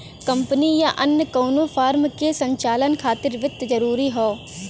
company या अन्य कउनो फर्म के संचालन खातिर वित्त जरूरी हौ